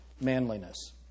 manliness